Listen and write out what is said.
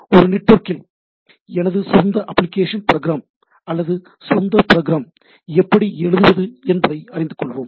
ஒரு நெட்வொர்க்கில் எனது சொந்த அப்ளிகேஷன் ப்ரோக்ராம் அல்லது சொந்த ப்ரோக்ராம் எப்படி எழுதுவது என்பதை அறிந்து கொள்வோம்